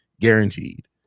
guaranteed